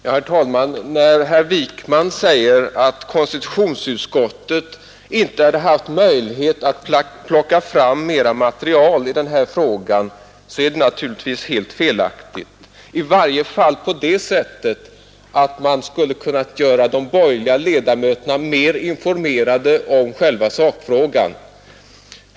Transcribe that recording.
Herr talman! När herr Wijkman säger att konstitutionsutskottet inte har haft möjlighet att plocka fram mera material i den här frågan, så är det naturligtvis helt felaktigt, i varje fall på det sättet att man skulle kunnat göra de borgerliga ledamöterna mera informerade om själva sakfrågan.